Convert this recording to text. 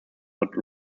but